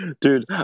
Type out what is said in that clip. dude